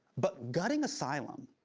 but gutting asylum.